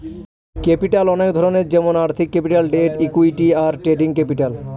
capital অনেক ধরনের যেমন আর্থিক ক্যাপিটাল, ডেট, ইকুইটি, আর ট্রেডিং ক্যাপিটাল